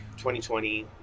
2020